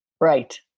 Right